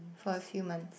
for a few months